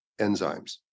enzymes